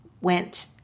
went